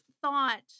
thought